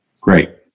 Great